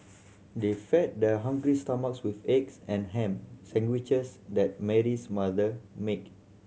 they fed their hungry stomachs with the egg and ham sandwiches that Mary's mother make